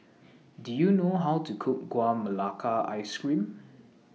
Do YOU know How to Cook Gula Melaka Ice Cream